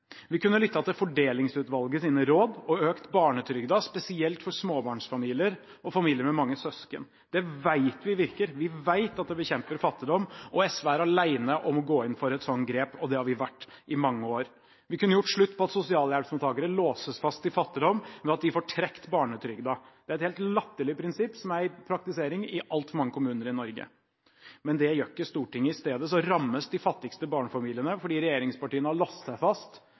Vi kunne lyttet til Fordelingsutvalgets råd og økt barnetrygden, spesielt for småbarnsfamilier og familier med mange søsken. Det vet vi virker. Vi vet at det bekjemper fattigdom. SV er alene om å gå inn for et sånt grep, og det har vi vært i mange år. Vi kunne gjort slutt på at sosialhjelpsmottakere låses fast i fattigdom ved at de får trekk i barnetrygden. Det er et helt latterlig prinsipp som praktiseres i altfor mange kommuner i Norge. Men det gjør ikke Stortinget. I stedet rammes de fattigste barnefamiliene fordi regjeringspartiene har låst seg fast